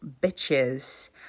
bitches